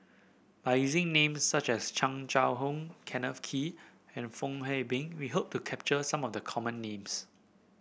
by using names such as Chan Chang How Kenneth Kee and Fong Hoe Beng we hope to capture some of the common names